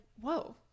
whoa